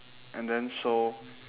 and then so